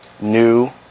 new